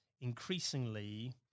increasingly